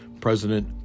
President